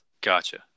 Gotcha